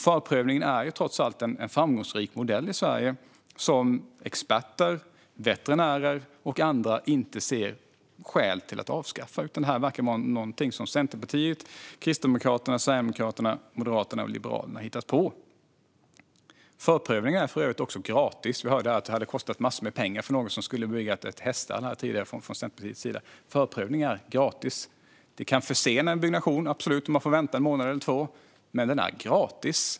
Förprövningen är trots allt en framgångsrik modell i Sverige som experter, veterinärer och andra inte ser skäl att avskaffa, utan det verkar vara något som Centerpartiet, Kristdemokraterna, Sverigedemokraterna, Moderaterna och Liberalerna har hittat på. Förprövningen är för övrigt också gratis. Vi hörde här att det hade kostat massor med pengar för någon som skulle bygga ett häststall. Men förprövningen är gratis. Den kan försena en byggnation, så att man får vänta en månad eller två, men den är gratis.